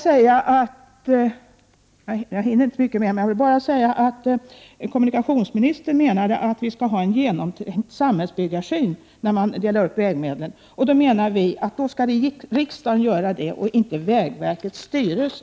Slutligen vill jag säga attkommunikationsministern menade att man skall ha en samhällsbyggarsyn när man delar upp vägmedlen. Då menar centern att riksdagen skall göra det och inte vägverkets styrelse.